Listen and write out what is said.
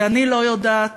כי אני לא יודעת